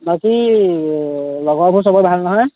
বাকী লগৰবোৰ চবৰে ভাল নহয়